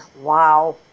Wow